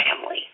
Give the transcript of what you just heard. family